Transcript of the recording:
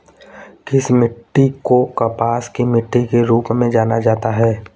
किस मिट्टी को कपास की मिट्टी के रूप में जाना जाता है?